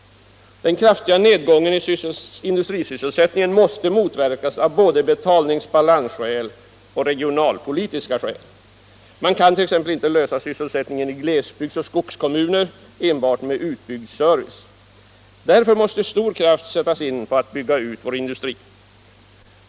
Den kraftiga nedgången i industrisysselsättningen måste motverkas av både betalningsbalansskäl och av regionalpolitiska skäl. Man kan t.ex. inte lösa sysselsättningsfrågorna i glesbygds och skogskommuner enbart med utbyggd service. Därför måste stor kraft sättas in på att bygga ut vår industri.